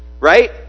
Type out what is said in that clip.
right